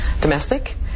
domestic